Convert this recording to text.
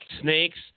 Snakes